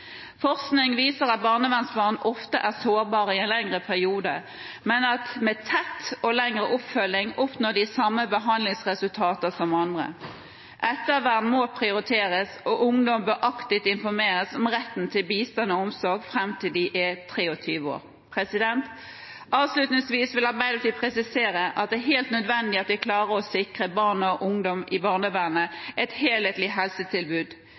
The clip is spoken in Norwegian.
Forskning viser at barnevernsbarn ofte er sårbare i en lengre periode, men at de med tett og lengre oppfølging oppnår de samme behandlingsresultater som andre. Ettervern må prioriteres, og ungdom bør aktivt informeres om retten til bistand og omsorg fram til de er 23 år. Avslutningsvis vil Arbeiderpartiet presisere at det er helt nødvendig at vi klarer å sikre barn og ungdom i barnevernet et helhetlig helsetilbud,